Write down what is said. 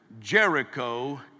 Jericho